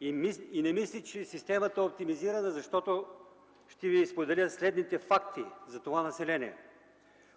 Не мисля, че системата е оптимизирана, защото ще Ви споделя следните факти за това население.